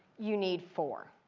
you need four.